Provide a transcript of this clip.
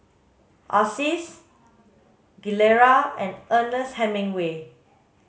Asics Gilera and Ernest Hemingway